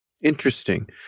Interesting